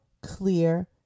clear